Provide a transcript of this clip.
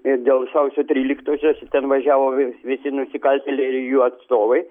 ir dėl sausio tryliktosios ten važiavo visi nusikaltėliai ir jų atstovai